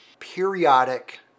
periodic